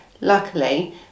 Luckily